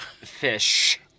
Fish